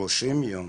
30 יום.